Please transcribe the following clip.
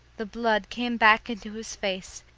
the blood came back into his face,